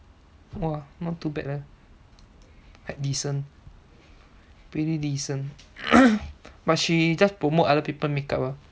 !wah! not too bad eh quite decent pretty decent but she just promote other people makeup ah